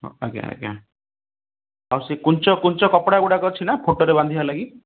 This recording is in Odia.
ହଁ ଆଜ୍ଞା ଆଜ୍ଞା ଆଉ ସେ କୁଞ୍ଚ କୁଞ୍ଚ କପଡ଼ାଗୁଡ଼ାକ ଅଛି ନା ଫଟୋରେ ବାନ୍ଧିବା ଲାଗି